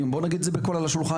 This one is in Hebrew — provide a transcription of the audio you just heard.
בוא נגיד את זה בקול על השולחן,